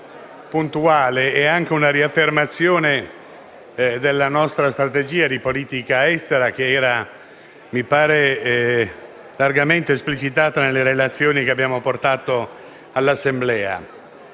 puntuale e anche una riaffermazione della nostra strategia di politica estera quale era - mi pare - largamente esplicitata nelle relazioni che abbiamo portato all'Assemblea.